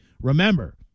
remember –